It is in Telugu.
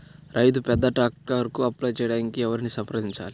రైతు పెద్ద ట్రాక్టర్కు అప్లై చేయడానికి ఎవరిని సంప్రదించాలి?